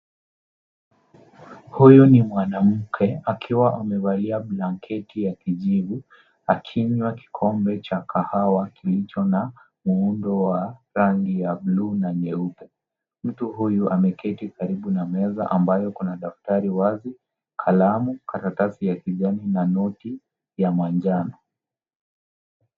Huyu ni mwanamke akiwa amevalia blanketi ya kijivu akinywa kikombe cha kahawa kilicho na muundo wa rangi ya buluu na nyeupe. Mtu huyu ameketi karibu na meza ambayo kuna daftari wazi, kalamu, karatasi ya kijani na noti ya manjano.